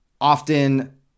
Often